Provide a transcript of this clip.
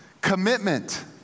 commitment